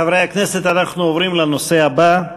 חברי הכנסת, אנחנו עוברים לנושא הבא: